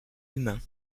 humain